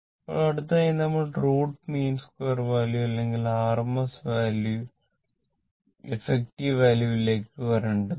ഇപ്പോൾ അടുത്തതായി നമ്മൾ റൂട്ട് മീൻ സ്ക്വയർ വാല്യൂ അല്ലെങ്കിൽ RMS വാല്യൂ അല്ലെങ്കിൽ എഫക്റ്റീവ് വാല്യൂവിലേക്ക് വരേണ്ടതുണ്ട്